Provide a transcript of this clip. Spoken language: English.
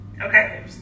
okay